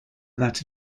that